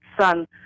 son